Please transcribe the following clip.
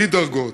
בלי דרגות,